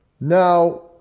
Now